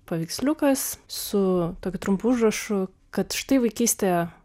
paveiksliukas su tokiu trumpu užrašu kad štai vaikystė